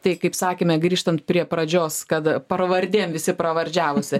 tai kaip sakėme grįžtant prie pradžios kad pravardėm visi pravardžiavosi